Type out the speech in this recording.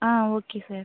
ah okay sir